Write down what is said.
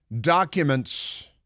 documents